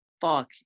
fuck –